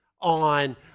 on